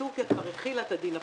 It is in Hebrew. כשתורכיה כבר החילה את הדין הפנימי.